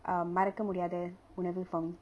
um மறக்க முடியாத உணவு:marakka mudiyaatha unavu for me